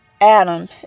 Adam